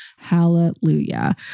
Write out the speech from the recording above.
Hallelujah